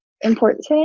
important